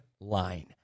line